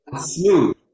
smooth